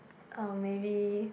uh maybe